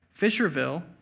Fisherville